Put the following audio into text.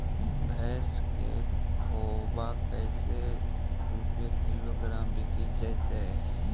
भैस के खोबा कैसे रूपये किलोग्राम बिक जइतै?